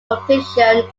completion